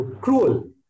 cruel